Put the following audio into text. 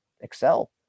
excel